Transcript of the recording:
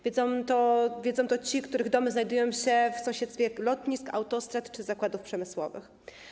Wiedzą to ci, których domy znajdują się w sąsiedztwie lotnisk, autostrad czy zakładów przemysłowych.